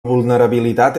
vulnerabilitat